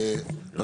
רבה.